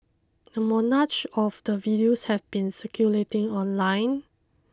a of the videos have been circulating online